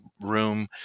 room